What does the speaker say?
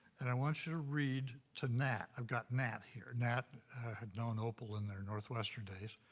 and i want you to read to nat. i've got nat here. nat had known opal in their northwestern days.